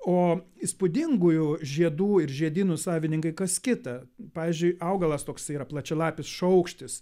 o įspūdingųjų žiedų ir žiedynų savininkai kas kita pavyzdžiui augalas toks yra plačialapis šaukštis